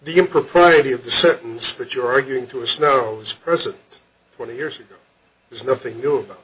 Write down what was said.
the impropriety of the certain that you're arguing to the snows person twenty years ago there's nothing new about